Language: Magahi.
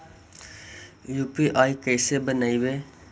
यु.पी.आई कैसे बनइबै?